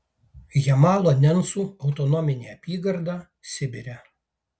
jamalo nencų autonominė apygarda sibire